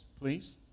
please